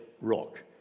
rock